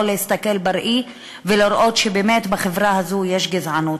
להסתכל בראי ולראות שבאמת בחברה הזאת יש גזענות.